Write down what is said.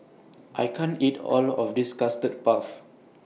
I can't eat All of This Custard Puff